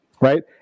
right